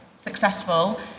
successful